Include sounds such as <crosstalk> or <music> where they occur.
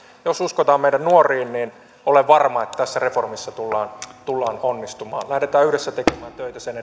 jos uskotaan meidän nuoriin niin olen varma että tässä reformissa tullaan tullaan onnistumaan lähdetään yhdessä tekemään töitä sen <unintelligible>